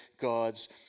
God's